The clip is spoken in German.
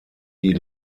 die